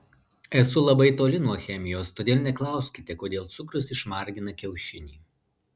esu labai toli nuo chemijos todėl neklauskite kodėl cukrus išmargina kiaušinį